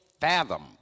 fathom